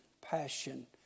passion